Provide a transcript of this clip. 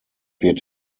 wird